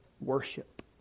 worship